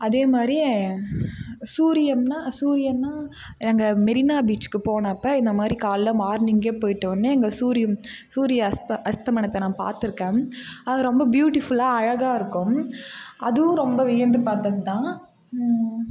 அதே மாதிரியே சூரியன்னா சூரியன்னா அங்கே மெரினா பீச்சுக்கு போனப்போ இந்த மாதிரி காலைல மார்னிங் போயிட்டோம்னே அங்கே சூரியன் சூரியன் அஸ்த அஸ்தமனத்தை நான் பார்த்துருக்கேன் அது ரொம்ப பியூட்டிஃபுல்லாக அழகாக இருக்கும் அதுவும் ரொம்ப வியந்து பார்த்தது தான்